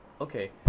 Okay